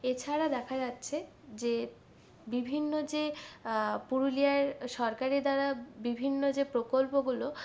এছাড়া দেখা যাচ্ছে যে বিভিন্ন যে পুরুলিয়ার সরকারের দ্বারা বিভিন্ন যে প্রকল্পগুলো